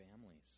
families